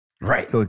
Right